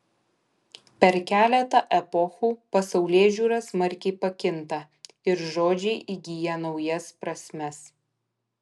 per keletą epochų pasaulėžiūra smarkiai pakinta ir žodžiai įgyja naujas prasmes